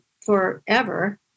forever